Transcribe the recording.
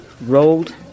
rolled